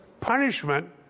punishment